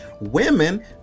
women